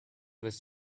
was